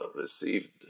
received